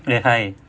eh hi